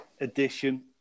edition